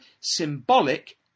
symbolic